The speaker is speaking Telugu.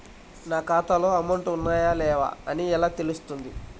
నా ఖాతాలో అమౌంట్ ఉన్నాయా లేవా అని ఎలా తెలుస్తుంది?